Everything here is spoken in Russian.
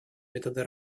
методы